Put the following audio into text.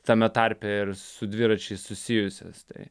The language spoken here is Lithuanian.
tame tarpe ir su dviračiais susijusias tai